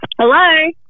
Hello